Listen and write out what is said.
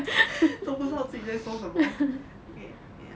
都不知道自己在说什么 ya ya